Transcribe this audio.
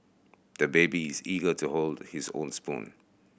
the baby is eager to hold his own spoon